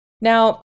Now